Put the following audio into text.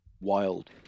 Wild